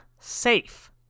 safe